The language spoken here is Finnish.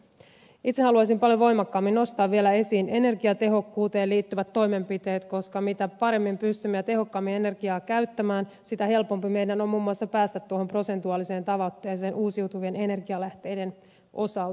itse haluaisin paljon voimakkaammin nostaa vielä esiin energiatehokkuuteen liittyvät toimenpiteet koska mitä paremmin ja tehokkaammin pystymme energiaa käyttämään sitä helpompi meidän on muun muassa päästä tuohon prosentuaaliseen tavoitteeseen uusiutuvien energianlähteiden osalta